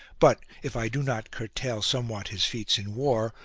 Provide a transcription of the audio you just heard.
but, if i do not curtail somewhat his feats in war,